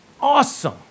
awesome